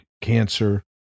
cancer